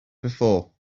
before